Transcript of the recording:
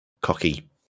cocky